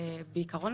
בעקרון,